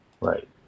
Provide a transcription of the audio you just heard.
Right